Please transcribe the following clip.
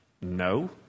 No